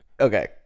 okay